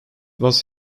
was